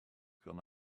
gonna